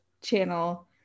channel